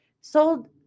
sold